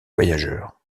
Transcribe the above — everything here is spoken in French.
voyageurs